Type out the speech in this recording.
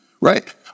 right